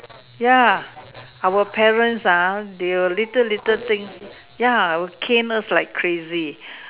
ya our parents ah they will little little thing ya will cane us like crazy